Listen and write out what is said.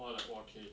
!wah! like !wah! K